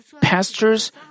Pastors